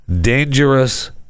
dangerous